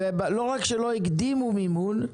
ולא רק שלא הקדימו מימון,